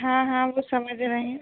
हाँ हाँ वो समझ रहे हैं